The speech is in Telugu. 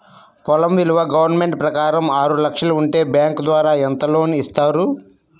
పొలం విలువ గవర్నమెంట్ ప్రకారం ఆరు లక్షలు ఉంటే బ్యాంకు ద్వారా ఎంత లోన్ ఇస్తారు?